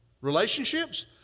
relationships